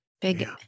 Big